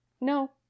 No